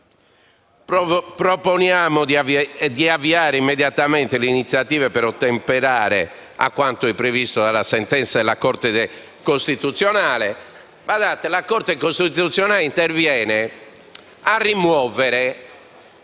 Proponiamo di avviare immediatamente iniziative per ottemperare a quanto è previsto dalla sentenza della Corte costituzionale. Badate che la Corte costituzionale interviene a rimuovere